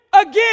again